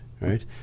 right